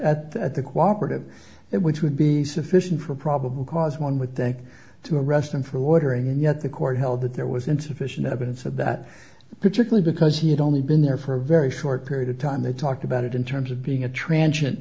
narcotics at the cooperate of it which would be sufficient for probable cause one would think to arrest him for loitering and yet the court held that there was insufficient evidence of that particular because he had only been there for a very short period of time they talked about it in terms of being a transient